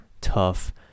tough